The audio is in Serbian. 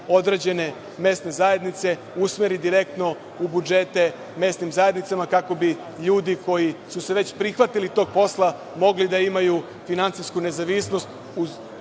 određene mesne zajednice, usmeri direktno u budžete mesnim zajednicama, kako bi ljudi koji su se već prihvatili tog posla mogli da imaju finansijsku nezavisnost,